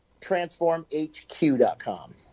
transformhq.com